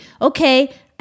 okay